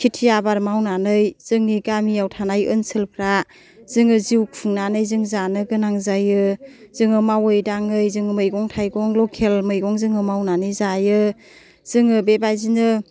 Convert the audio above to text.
खेथि आबाद मावनानै जोंनि गामियाव थानाय ओन्सोलफ्रा जोङो जिउ खुंनानै जों जानो गोनां जायो जोङो मावै दाङै जोङो मैगं थाइगं लकेल मैगं जोङो मावनानै जायो जोङो बेबायदिनो